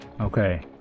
okay